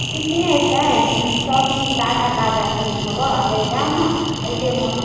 चिक्कने छै सबचीज ताजा ताजा चीज हइ लऽ जाउ ने खाइते मोन